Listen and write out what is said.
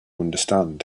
understand